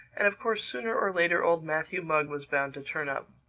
and of course sooner or later old matthew mugg was bound to turn up.